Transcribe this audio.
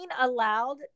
allowed